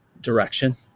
direction